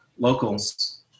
locals